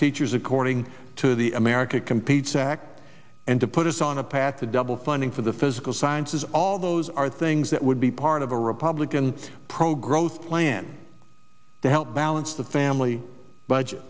teachers according to the america competes act and to put us on a path to double funding for the physical sciences all those are things that would be part of a republican pro growth plan to help balance the family budget